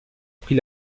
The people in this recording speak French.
pris